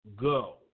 go